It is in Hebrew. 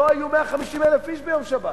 לא היו 150,000 איש ביום שבת.